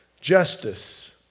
Justice